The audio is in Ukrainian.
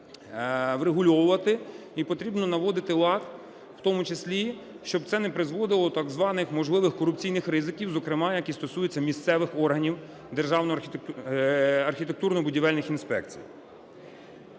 врегульовувати і потрібно наводити лад, в тому числі щоб це не призводило до так званих можливих корупційних ризиків, зокрема які стосуються місцевих органів державних архітектурно-будівельних інспекцій.